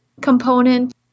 component